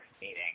meeting